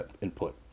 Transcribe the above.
input